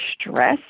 stress